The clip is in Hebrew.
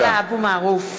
(קוראת בשמות חברי הכנסת) עבדאללה אבו מערוף,